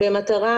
במטרה,